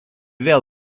vėl